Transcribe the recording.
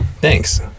Thanks